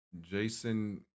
Jason